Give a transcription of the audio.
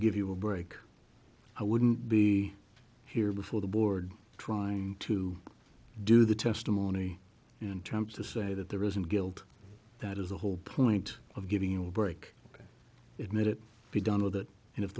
give you a break i wouldn't be here before the board trying to do the testimony in terms to say that there isn't guilt that is the whole point of giving you a break it made it be done with it and if